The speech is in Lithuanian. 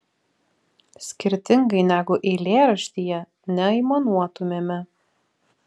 skirtingai negu eilėraštyje neaimanuotumėme